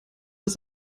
das